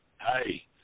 hey